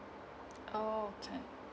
okay